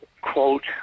quote